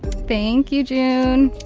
thank you, june.